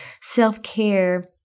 self-care